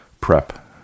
prep